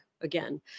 again